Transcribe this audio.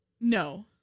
No